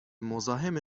مزاحم